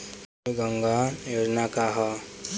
नमामि गंगा योजना का ह?